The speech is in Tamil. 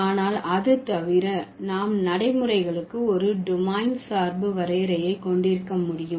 ஆனால் அது தவிர நாம் நடைமுறைகளுக்கு ஒரு டொமைன் சார்பு வரையறையை கொண்டிருக்க முடியும்